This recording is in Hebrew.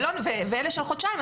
ואלה של חודשיים,